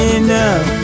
enough